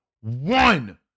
one